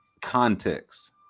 context